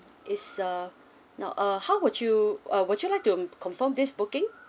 is err now uh how would you uh would you like to confirm this booking